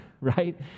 right